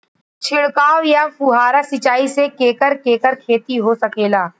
छिड़काव या फुहारा सिंचाई से केकर केकर खेती हो सकेला?